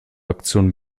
aktion